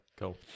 Cool